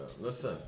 Listen